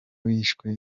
wishwe